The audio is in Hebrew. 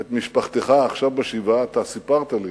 ואת משפחתך עכשיו בשבעה, אתה סיפרת לי